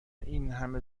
اینهمه